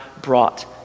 brought